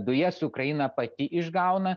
dujas ukraina pati išgauna